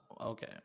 okay